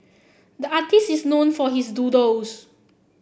the artists is known for his doodles